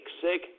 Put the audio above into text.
sick